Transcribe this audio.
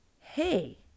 hey